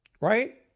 Right